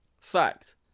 Fact